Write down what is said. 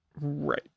right